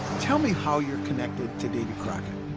tell me how you're connected to davy crockett